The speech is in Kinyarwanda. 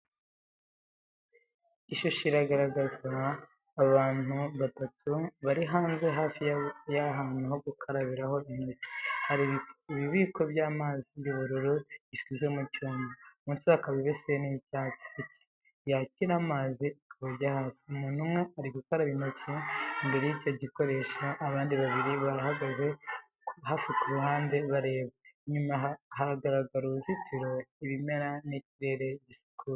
Ishusho igaragaza abantu batatu bari hanze hafi y’ahantu ho gukarabiraho intoki. Hari ikibiko cy’amazi cy’ubururu gishyizwe ku cyuma, munsi hakaba ibeseni y’icyatsi yakira amazi akaba ajya hasi. Umuntu umwe ari gukaraba intoki imbere y’icyo gikoresho, abandi babiri bahagaze hafi ku ruhande bareba. Inyuma hagaragara uruzitiro, ibimera n’ikirere gisukuye.